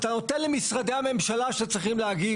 אתה נותן למשרדי הממשלה שצריכים להגיב,